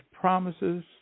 promises